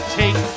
take